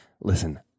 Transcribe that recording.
listen